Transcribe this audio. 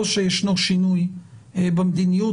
או שישנו שינוי במדיניות,